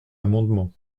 amendement